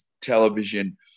television